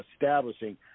establishing